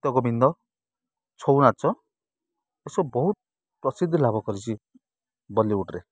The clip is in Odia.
ଗୀତ ଗୋବିନ୍ଦ ଛଉ ନାଚ ଏସବୁ ବହୁତ ପ୍ରସିଦ୍ଧି ଲାଭ କରିଛି ବଲିଉଡ଼୍ରେ